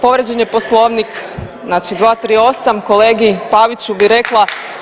Povrijeđen je Poslovnik, znači 238, kolegi Paviću bi rekla